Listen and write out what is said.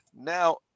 Now